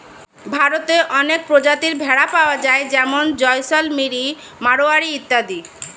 ভারতে অনেক প্রজাতির ভেড়া পাওয়া যায় যেমন জয়সলমিরি, মারোয়ারি ইত্যাদি